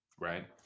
right